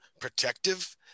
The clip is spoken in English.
protective